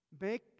Make